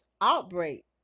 outbreak